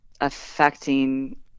affecting